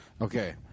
Okay